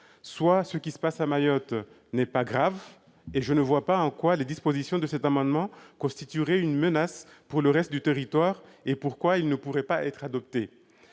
soit ce qui se passe à Mayotte n'est pas grave, et je ne vois pas en quoi les dispositions de cet amendement constitueraient une menace pour le reste du territoire et pourquoi elles ne pourraient pas être adoptées.